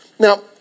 Now